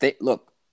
look